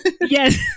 Yes